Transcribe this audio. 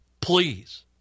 please